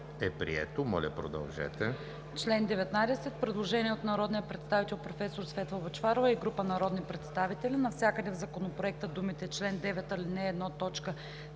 е прието. Моля, продължете.